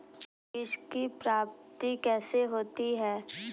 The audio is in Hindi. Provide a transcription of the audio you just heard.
बीज की प्राप्ति कैसे होती है?